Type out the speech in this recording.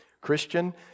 Christian